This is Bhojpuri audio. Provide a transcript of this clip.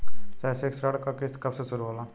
शैक्षिक ऋण क किस्त कब से शुरू होला?